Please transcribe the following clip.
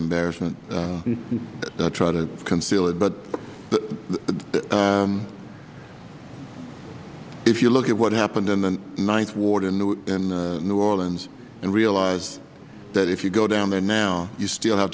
embarrassment or try to conceal it but if you look at what happened in the ninth ward in new orleans and realize that if you go down there now you still have